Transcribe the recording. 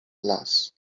las